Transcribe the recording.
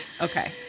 Okay